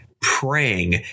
praying